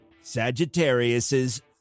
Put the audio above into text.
Sagittarius's